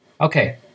Okay